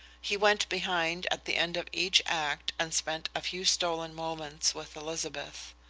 he went behind at the end of each act and spent a few stolen moments with elizabeth.